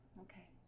Okay